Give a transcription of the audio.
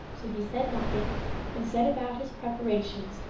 so he said nothing and set about his preparations,